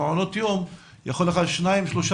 במעונות יום יכולים להיות שניים-שלושה